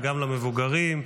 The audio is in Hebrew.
גם למבוגרים.